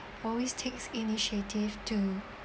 always takes initiative to